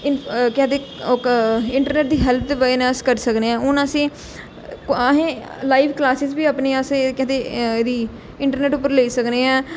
के आखदे ओह् क इंटरनेट दी हैल्प दी बजह कन्नै अस करी सकने आं हून असें असें लाइव क्लासिस बी अपनी असें केह् आखदे एहदी इंटरनेट उप्पर लेई सकने आं